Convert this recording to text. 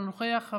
אינו נוכח,